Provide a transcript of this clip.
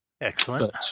Excellent